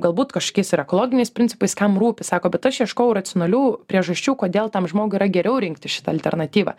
galbūt kažkokiaisir ekologiniais principais kam rūpi sako bet aš ieškojau racionalių priežasčių kodėl tam žmogui yra geriau rinktis šitą alternatyvą